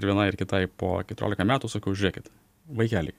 ir vienai ar kitai po keliolika metų sakau žiūrėkit vaikeliai